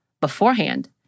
beforehand